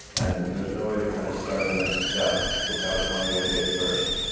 and there's no way to kind of start the next stop without applying the update first.